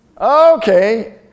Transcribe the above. Okay